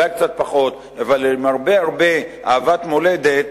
אבל עם הרבה הרבה אהבת מולדת,